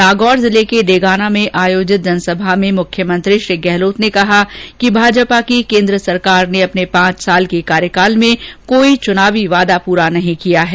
नागौर जिले के डेगाना में आयोजित जनसभा में श्री गहलोत ने कहा कि भाजपा की केन्द्र सरकार ने अपने पांच साल के कार्यकाल में कोई चुनावी वादा पूरा नहीं किया है